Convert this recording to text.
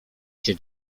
się